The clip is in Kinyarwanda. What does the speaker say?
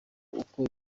uko